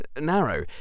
narrow